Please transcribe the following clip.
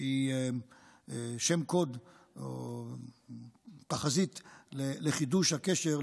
היא שם קוד או תחזית לחידוש הקשר,